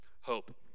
hope